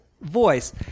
voice